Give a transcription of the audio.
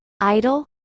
idle